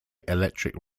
electric